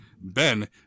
Ben